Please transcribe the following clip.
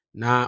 na